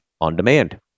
on-demand